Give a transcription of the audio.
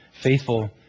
faithful